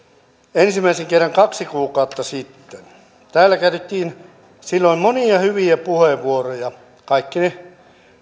ensimmäisen kerran kaksi kuukautta sitten täällä käytettiin silloin monia hyviä puheenvuoroja kaikki ne